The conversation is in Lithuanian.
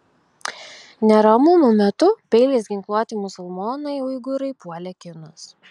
neramumų metu peiliais ginkluoti musulmonai uigūrai puolė kinus